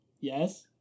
Yes